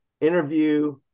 interview